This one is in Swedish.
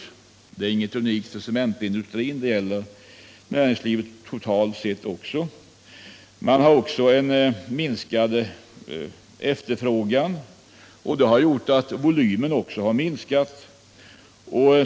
Detta är dock ingenting unikt för cementindustrin, utan det gäller näringslivet totalt sett. Man har också haft minskad efterfrågan, vilket gjort att även volymen har minskat.